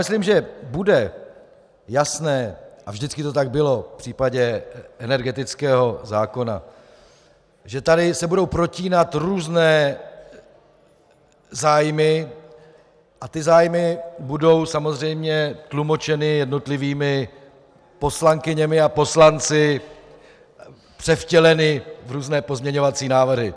Myslím, že bude jasné, a vždycky to tak bylo v případě energetického zákona, že se tady budou protínat různé zájmy a ty zájmy budou samozřejmě tlumočeny jednotlivými poslankyněmi a poslanci, převtěleny v různé pozměňovací návrhy.